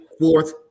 fourth